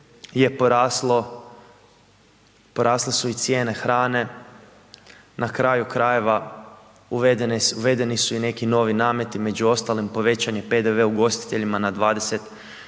je poraslo, porasle su i cijene hrane, na kraju krajeva, uvedeni su i neki nameti, među ostalim, povećan je PDV ugostiteljima na 25%,